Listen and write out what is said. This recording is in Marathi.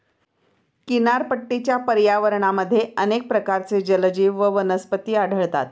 किनारपट्टीच्या पर्यावरणामध्ये अनेक प्रकारचे जलजीव व वनस्पती आढळतात